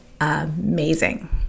amazing